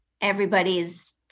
everybody's